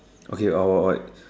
okay or or